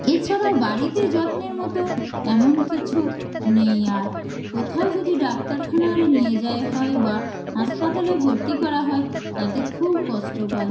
এছাড়াও বাড়িতে যত্নের মতো এমন কিছু নেই আর কোথাও যদি ডাক্তারখানার নিয়ে যায় হয় বা হাসপাতালে ভর্তি করা হয় তাতে খুব কষ্ট পায়